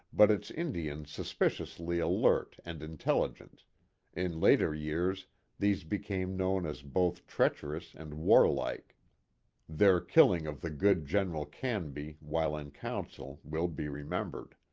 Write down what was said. but its indians suspiciously alert and intelligent in later years these became known as both treacherous and warlike their killing of the good general canby while in council will be remembered.